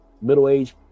middle-aged